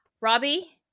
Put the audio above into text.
Robbie